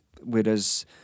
whereas